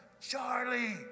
Charlie